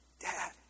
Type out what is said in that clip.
Dad